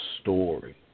story